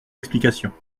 explications